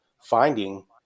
finding